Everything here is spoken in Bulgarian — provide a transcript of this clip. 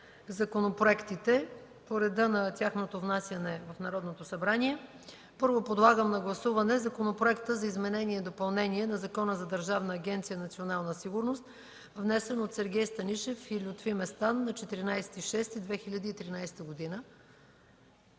на гласуване по реда на тяхното внасяне в Народното събрание. Първо подлагам на гласуване Законопроекта за изменение и допълнение на Закона за Държавна агенция „Национална сигурност”, внесен от Сергей Станишев и Лютви Местан на 14 юни 2013 г.